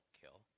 kill